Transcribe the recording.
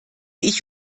ich